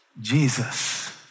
Jesus